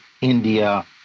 India